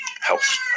helps